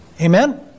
Amen